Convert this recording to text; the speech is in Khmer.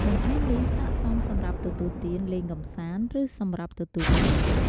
បង្អែមនេះស័ក្តិសមសម្រាប់ទទួលទានលេងកម្សាន្ត ឬសម្រាប់ទទួលភ្ញៀវ។